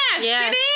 Yes